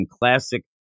classic